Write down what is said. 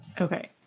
Okay